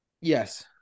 Yes